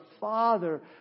father